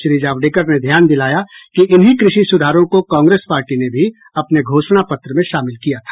श्री जावड़ेकर ने ध्यान दिलाया कि इन्हें कृषि सुधारों को कांग्रेस पार्टी ने भी अपने घोषणा पत्र में शामिल किया था